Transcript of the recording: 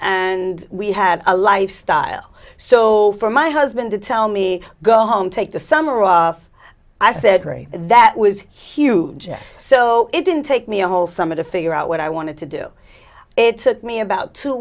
and we had a lifestyle so for my husband to tell me go home take the summer off i said that was huge so it didn't take me a whole summer to figure out what i wanted to do it took me about two